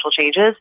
changes